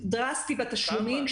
דרסטי בתשלומים.